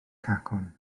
cacwn